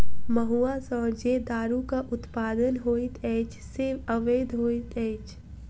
महुआ सॅ जे दारूक उत्पादन होइत अछि से अवैध होइत अछि